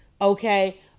okay